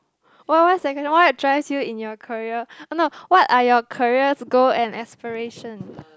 what drives you in your career no what are your career goal and aspirations